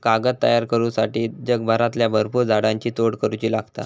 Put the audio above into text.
कागद तयार करुच्यासाठी जगभरातल्या भरपुर झाडांची तोड करुची लागता